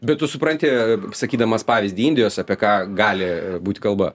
bet tu supranti sakydamas pavyzdį indijos apie ką gali būti kalba